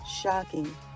shocking